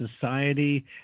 Society